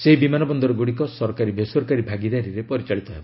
ସେହି ବିମାନ ବନ୍ଦର ଗୁଡ଼ିକ ସରକାରୀ ବେସରକାରୀ ଭାଗିଦାରୀରେ ପରିଚାଳିତ ହେବ